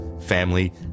family